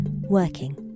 working